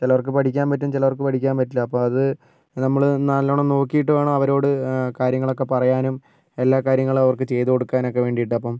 ചിലർക്ക് പഠിക്കാൻ പറ്റും ചിലർക്ക് പഠിക്കാൻ പറ്റില്ല അപ്പോൾ അത് നമ്മൾ നല്ലവണ്ണം നോക്കിയിട്ട് വേണം അവരോട് കാര്യങ്ങളൊക്കെ പറയാനും എല്ലാ കാര്യങ്ങളും അവർക്ക് ചെയ്തുകൊടുക്കാനൊക്കെ വേണ്ടിയിട്ട് അപ്പം